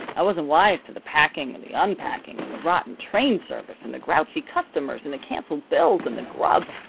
i wasn't wise to the packing, and the unpacking, and the rotten train service, and the grouchy customers, and the canceled bills, and the grub.